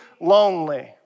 lonely